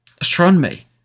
Astronomy